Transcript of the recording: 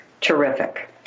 Terrific